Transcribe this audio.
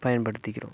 பயன்படுத்திக்கிறோம்